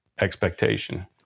expectation